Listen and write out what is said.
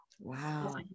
Wow